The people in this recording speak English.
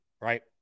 right